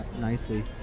nicely